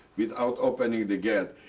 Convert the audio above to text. without opening the gate,